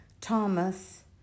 Thomas